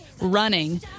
running